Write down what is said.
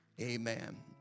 Amen